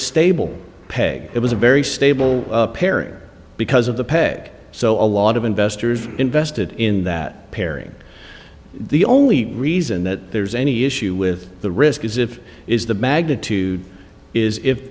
stable peg it was a very stable pair because of the peg so a lot of investors invested in that pairing the only reason that there's any issue with the risk is if is the magnitude is if